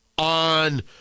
On